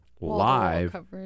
live